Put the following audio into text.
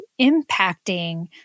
impacting